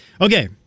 Okay